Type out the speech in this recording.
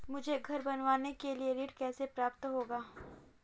मुझे घर बनवाने के लिए ऋण कैसे प्राप्त होगा?